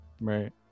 right